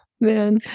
man